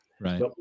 Right